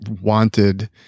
wanted